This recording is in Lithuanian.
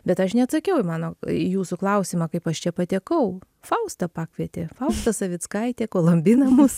bet aš neatsakiau į mano jūsų klausimą kaip aš čia patekau fausta pakvietė fausta savickaitė kolumbina mūsų